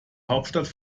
hauptstadt